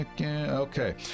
Okay